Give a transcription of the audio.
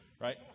Right